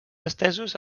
estesos